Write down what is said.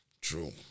True